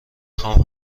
خوام